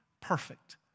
perfect